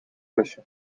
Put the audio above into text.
kusje